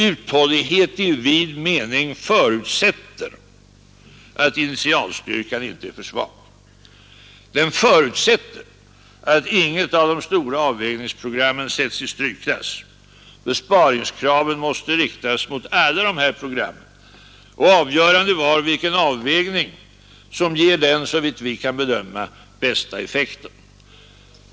Uthållighet i vid mening förutsätter att initialstyrkan inte är för svag. Den förutsätter att inget av de stora avvägningsprogrammen sättes i strykklass. Besparingskraven måste riktas mot alla dessa program, och avgörande måste vara vilken avvägning som ger den såvitt vi kan bedöma bästa effekten.